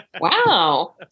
Wow